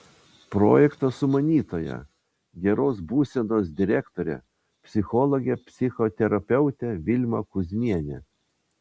projekto sumanytoja geros būsenos direktorė psichologė psichoterapeutė vilma kuzmienė